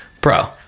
bro